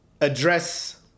address